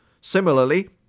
Similarly